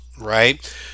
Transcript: right